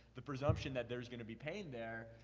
the presumption that there is gonna be pain there.